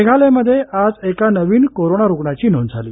मेघालयमध्ये आज एका नवीन कोरोना रुग्णाची नोंद झाली